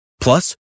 Plus